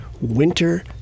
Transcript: winter